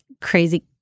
crazy